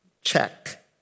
check